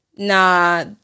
Nah